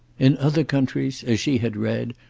in other countries, as she had read,